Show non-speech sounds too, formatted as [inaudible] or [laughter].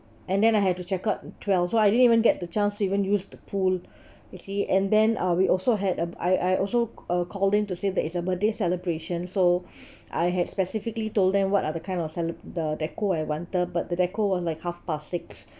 and then I had to check out twelve so I didn't even get the chance to even use the pool [breath] you see and then uh we also had a I I also uh call in to say that is a birthday celebration so [breath] I had specifically told them what are the kind of the cele~ the deco I wanted but the deco was like half past six